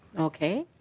okay.